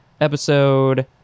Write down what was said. episode